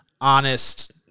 honest